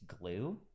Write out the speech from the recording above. glue